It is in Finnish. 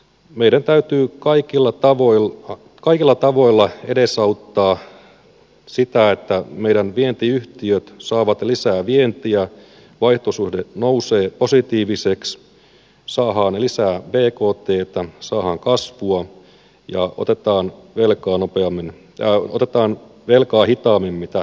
meidän täytyy kaikilla tavoilla edesauttaa sitä että meidän vientiyhtiömme saavat lisää vientiä vaihtosuhde nousee positiiviseksi saadaan lisää bkttä saadaan kasvua ja otetaan velkaa hitaammin mitä kokonaistuotanto nousee